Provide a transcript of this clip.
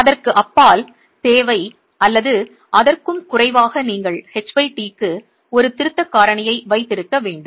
அதற்கு அப்பால் தேவை அல்லது அதற்கும் குறைவாக நீங்கள் ht க்கு ஒரு திருத்தக் காரணியை வைத்திருக்க வேண்டும்